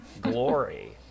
Glory